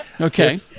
Okay